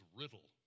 riddle